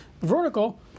vertical